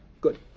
good